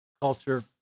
culture